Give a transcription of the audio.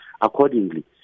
accordingly